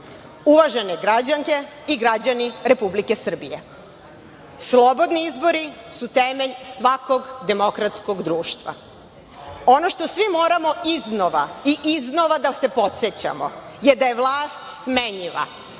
snage. Uvažene građanke i građani Republike Srbije, slobodni izbori su temelj svakog demokratskog društva. Ono što svi moramo iznova i iznova da se podsećamo je da je vlast smenjiva